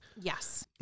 Yes